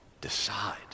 decide